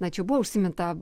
na čia buvo užsiminta